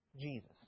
Jesus